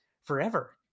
forever